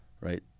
right